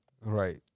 Right